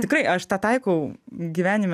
tikrai aš tą taikau gyvenime